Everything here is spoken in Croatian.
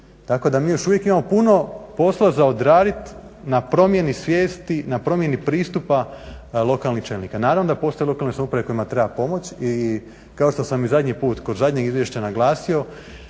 Tako da mi još uvijek imamo puno posla za odradit na promjeni svijesti, na promjeni pristupa lokalnih čelnika. Naravno da postoje lokalne samouprave kojima treba pomoć i kao što sam i zadnji put kod zadnjeg izvješća naglasio,